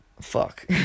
fuck